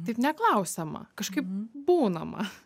taip neklausiama kažkaip būnama